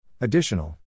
Additional